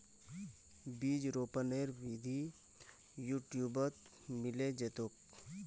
बीज रोपनेर विधि यूट्यूबत मिले जैतोक